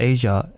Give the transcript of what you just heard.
Asia